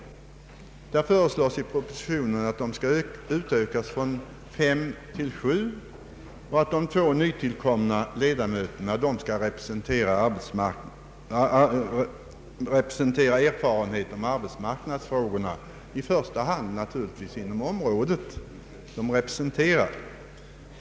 I propositionen föreslås en utökning av antalet ledamöter från fem till sju och att de två nytillkomna skall ha erfarenhet från arbetsmarknadsfrågor, naturligtvis i första hand inom de områden det här gäller.